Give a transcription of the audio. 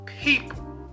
people